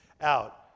out